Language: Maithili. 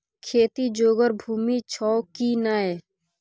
खेती जोगर भूमि छौ की नै?